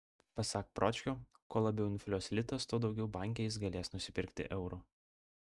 pasak pročkio kuo labiau infliuos litas tuo daugiau banke jis galės nusipirkti eurų